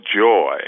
joy